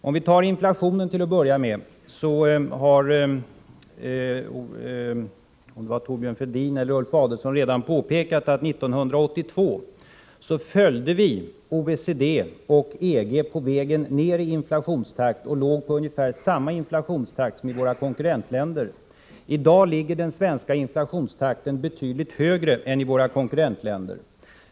Om vi tar inflationen, till att börja med, så har Thorbjörn Fälldin, eller om det var Ulf Adelsohn, redan påpekat att vi 1982 följde OECD och EG på vägen ner när det gällde inflationstakten och låg på ungefär samma inflationstaktsnivå som våra konkurrentländer. I dag är den svenska inflationstakten betydligt högre än i våra konkurrentländer.